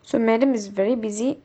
so madam is very busy